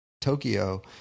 Tokyo